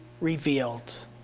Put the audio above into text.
revealed